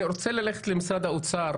אני רוצה ללכת למשרד האוצר